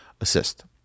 assist